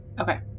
Okay